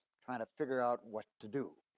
trying to figure out what to do.